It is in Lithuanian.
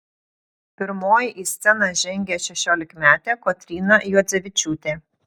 pirmoji į sceną žengė šešiolikmetė kotryna juodzevičiūtė